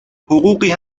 حقوقی